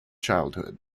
childhood